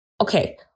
okay